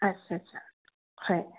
আচ্ছা আচ্ছা হয়